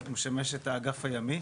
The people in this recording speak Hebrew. הוא משמש את האגף הימי.